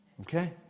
Okay